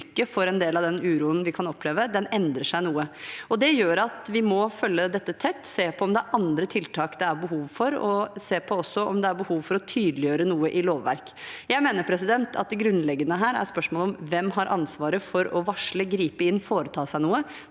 for en del av den uroen vi kan oppleve, endrer seg noe. Det gjør at vi må følge dette tett, se på om det er behov for andre tiltak, og også se på om det er behov for å tydeliggjøre noe i lovverket. Jeg mener at det som er grunnleggende her, er spørsmålet om hvem som har ansvaret for å varsle, gripe inn og foreta seg noe